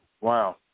Wow